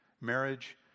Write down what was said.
marriage